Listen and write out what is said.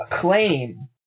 claim